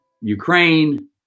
Ukraine